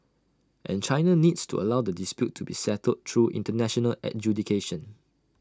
and China needs to allow the dispute to be settled through International adjudication